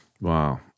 Wow